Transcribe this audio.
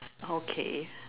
okay